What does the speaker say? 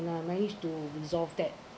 and uh managed to resolve that